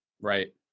Right